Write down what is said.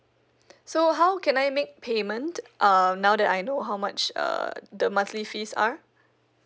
so how can I make payment um now that I know how much uh the monthly fees are